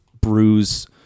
bruise